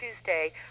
Tuesday